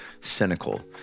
cynical